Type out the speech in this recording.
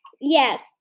yes